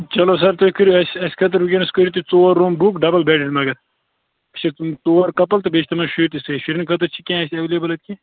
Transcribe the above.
چلوو سَر تُہۍ کٔرِو اَسہِ اَسہِ خٲطرٕ وُنۍکیٚنَس کٔرِو تُہۍ ژور روٗم بُک ڈبٕل بیٚڈِڈ مگر اَسہِ چھِ ژور کَپٕل تہٕ بیٚیہِ چھِ تِمن شُرۍ تہِ سۭتۍ شُرٮ۪ن خٲطرٕ چھِ کیٚنٛہہ اتہِ ایٚویلِبٕل اَتہِ